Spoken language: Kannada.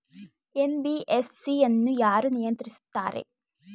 ಎನ್.ಬಿ.ಎಫ್.ಸಿ ಅನ್ನು ಯಾರು ನಿಯಂತ್ರಿಸುತ್ತಾರೆ?